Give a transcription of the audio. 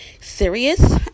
serious